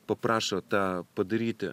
paprašo tą padaryti